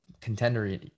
contender